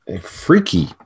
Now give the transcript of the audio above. Freaky